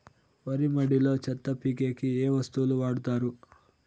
వరి మడిలో చెత్త పీకేకి ఏ వస్తువులు వాడుతారు?